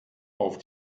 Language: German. auf